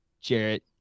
Jarrett